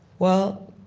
well,